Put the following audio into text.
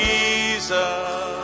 Jesus